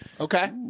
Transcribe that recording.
Okay